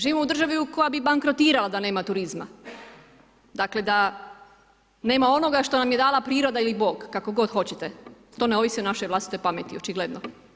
Živimo u državi koja bi bankrotirala da nema turizma, dakle da nema onoga što nam je dala priroda ili Bog, kako god hoćete, to ne ovisi o našoj vlastitoj pameti, očigledno.